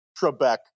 Trebek